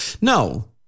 No